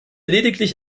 lediglich